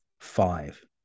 five